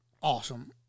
awesome